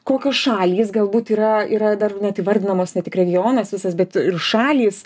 kokios šalys galbūt yra yra dar net įvardinamos ne tik regionas visas bet ir šalys